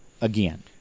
again